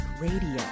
radio